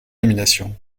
nominations